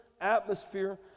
atmosphere